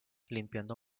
limpiando